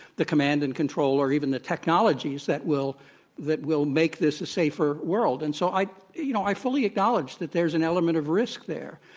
the command and control or even the technologies that will that will make this a safer world. and so i you know i fully acknowledge that there's an element of risk there.